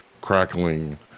crackling